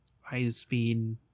high-speed